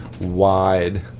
wide